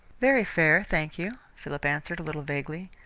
very fair, thank you, philip answered a little vaguely.